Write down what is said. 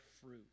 fruit